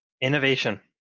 innovation